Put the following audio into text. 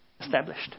established